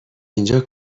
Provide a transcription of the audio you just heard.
اینجا